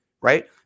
right